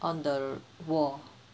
on the wall